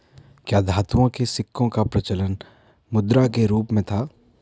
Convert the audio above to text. क्या धातुओं के सिक्कों का प्रचलन मुद्रा के रूप में था?